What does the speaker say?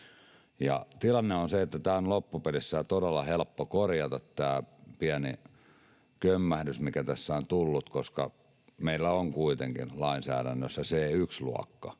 Tilanne on se, että on loppupelissä todella helppo korjata tämä pieni kömmähdys, mikä tässä on tullut, koska meillä on kuitenkin lainsäädännössä C1-luokka,